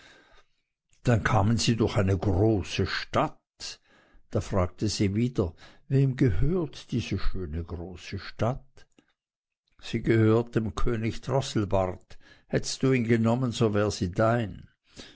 dann kamen sie durch eine große stadt da fragte sie wieder wem gehört diese schöne große stadt sie gehört dem könig drosselbart hättst du'n genommen so wär sie dein